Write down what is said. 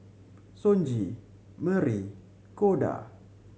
Sonji Merrie Koda